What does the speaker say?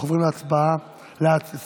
אנחנו עוברים להצבעה על הסתייגויות.